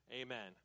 Amen